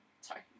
sorry